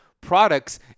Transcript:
products